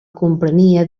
comprenia